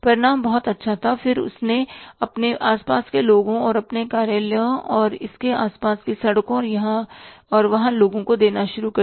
परिणाम बहुत अच्छा था और फिर उसने अपने आस पास के लोगों और अपने कार्यालय और इसके आस पास की सड़कों और यहां और वहां लोगों को देना शुरू कर दिया